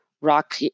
rock